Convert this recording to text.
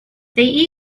they